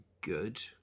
good